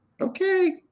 Okay